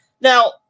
Now